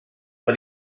but